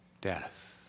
death